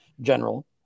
general